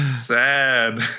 Sad